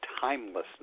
timelessness